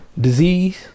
disease